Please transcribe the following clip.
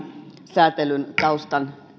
säätelyn taustan